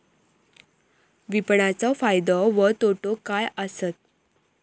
विपणाचो फायदो व तोटो काय आसत?